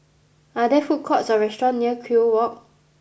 are there food courts or restaurant near Kew Walk